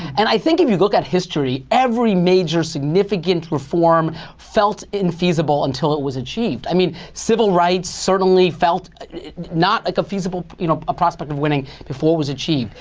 and i think if you look at history, every major significant reform felt infeasible until it was achieved. i mean, civil rights certainly felt not like a feasible you know ah prospect of winning, before it was achieved.